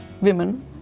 women